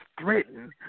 threatened